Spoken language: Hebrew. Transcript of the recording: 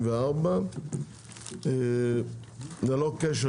פרויקטים תחבורתיים לביצוע בתקציב 2023-2024. ללא קשר,